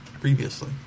previously